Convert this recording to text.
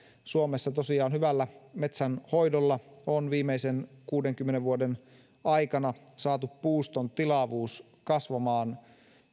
suomessa tosiaan hyvällä metsänhoidolla on viimeisten kuudenkymmenen vuoden aikana saatu puuston tilavuus kasvamaan